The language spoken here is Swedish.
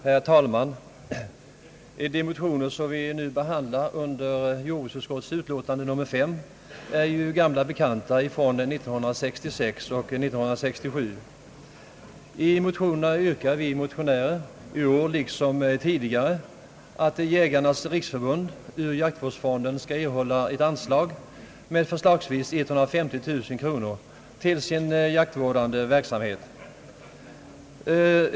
Herr talman! De motioner som vi nu behandlar under jordbruksutskottets utlåtande nr 5 är gamla bekanta från åren 1966 och 1967. I motionerna yrkar vi motionärer i år liksom tidigare att Jägarnas riksförbund ur jaktvårdsfonden skall erhålla ett anslag på förslagsvis 150 000 kronor till sin jaktvårdande verksamhet.